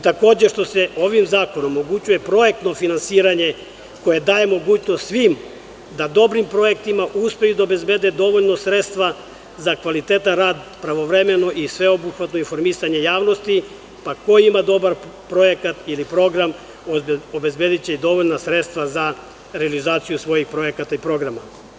Takođe, ovim zakonom se omogućuje projektno finansiranje, koje daje mogućnost svim da dobrim projektima uspeju da obezbede dovoljno sredstava za kvalitetan rad, pravovremeno i sveobuhvatno informisanje javnosti, pa ko ima dobar projekat ili program, obezbediće i dovoljna sredstva za realizaciju svojih projekata i programa.